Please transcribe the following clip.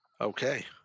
Okay